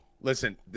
Listen